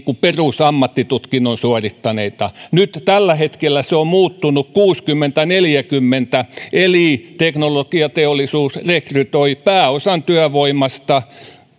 perusammattitutkinnon suorittaneita että nyt tällä hetkellä se on muuttunut kuusikymmentä kautta neljäkymmentä eli teknologiateollisuus rekrytoi pääosan työvoimasta